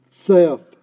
Theft